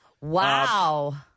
Wow